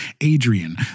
Adrian